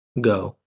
go